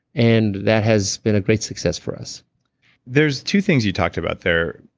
and that has been a great success for us there's two things you talked about there.